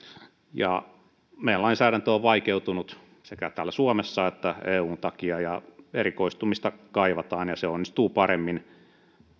meidän lainsäädäntö on vaikeutunut sekä täällä suomessa että eun takia erikoistumista kaivataan ja se onnistuu paremmin